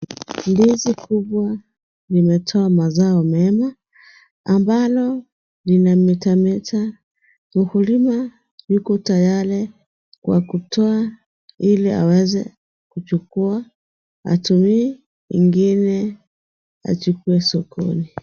Ndizi kubwa imetoa mazao mema ambalo linametameta. Mkulima yuko tayari kwa kutoa Ili aweze kuchukua atumie ingine achukue sokoni.